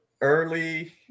early